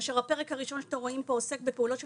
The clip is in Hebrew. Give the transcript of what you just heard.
כאשר הפרק הראשון שאתם רואים פה עוסק בפעולות של